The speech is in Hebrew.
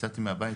יצאתי מהבית,